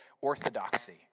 orthodoxy